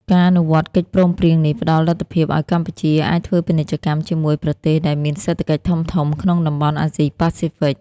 ការអនុវត្តកិច្ចព្រមព្រៀងនេះផ្ដល់លទ្ធភាពឱ្យកម្ពុជាអាចធ្វើពាណិជ្ជកម្មជាមួយប្រទេសដែលមានសេដ្ឋកិច្ចធំៗក្នុងតំបន់អាស៊ីប៉ាស៊ីហ្វិក។